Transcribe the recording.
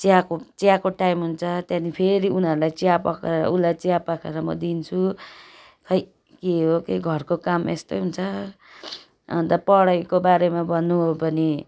चियाको चियाको टाइम हुन्छ त्यहाँदेखि फेरि उनीहरूलाई चिया पकाएर उसलाई चिया पकाएर म दिन्छु खोइ के हो के घरको काम यस्तै हुन्छ अन्त पढाइको बारेमा भन्नु हो भने